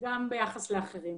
גם ביחס לאחרים.